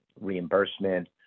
reimbursement